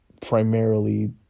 primarily